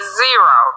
zero